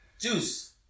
Juice